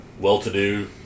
well-to-do